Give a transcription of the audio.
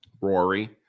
Rory